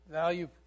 value